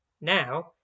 now